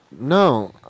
No